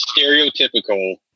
stereotypical